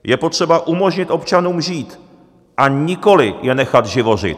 Je potřeba umožnit občanům žít, a nikoli je nechat živořit.